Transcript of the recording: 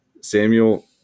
Samuel